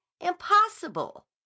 impossible